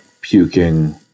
puking